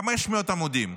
500 עמודים.